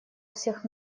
всех